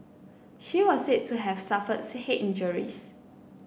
she was said to have suffered head injuries